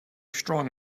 strong